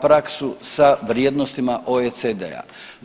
praksu sa vrijednostima OECD-a.